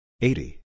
eighty